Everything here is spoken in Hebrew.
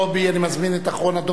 אני מזמין את אחרון הדוברים,